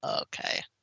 Okay